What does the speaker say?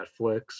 Netflix